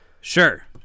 Sure